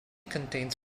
contains